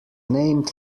named